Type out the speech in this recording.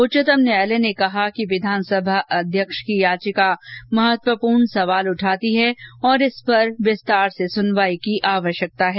उच्चतम न्यायालय ने कहा कि विधानसभा अध्यक्ष की याचिका महत्वपूर्ण सवाल उठाती है और इस पर विस्तत सुनवाई की आवश्यकता है